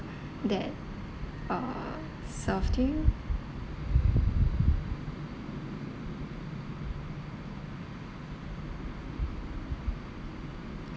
that uh served you